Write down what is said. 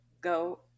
go